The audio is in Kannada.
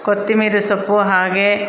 ಕೊತ್ತಿಮಿರಿ ಸೊಪ್ಪು ಹಾಗೆ